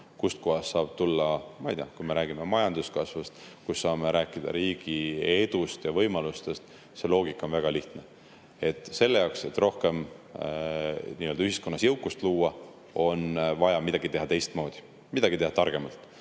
kust kohast saab tulla, ma ei tea, majanduskasv, et me saame rääkida riigi edust ja võimalustest, siis see loogika on väga lihtne. Selle jaoks, et rohkem ühiskonnas jõukust luua, on vaja midagi teha teistmoodi ja targemalt.